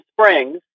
Springs